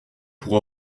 pour